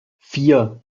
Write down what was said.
vier